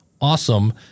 awesome